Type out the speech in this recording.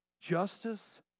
justice